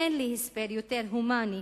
אין לי הסבר יותר הומני,